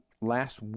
last